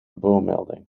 bommelding